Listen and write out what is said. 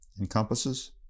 encompasses